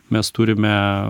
mes turime